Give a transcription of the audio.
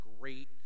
great